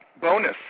bonus